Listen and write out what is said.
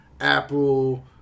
Apple